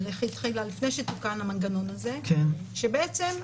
התחילה לפני שתוקן המנגנון הזה שוועדת